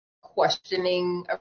questioning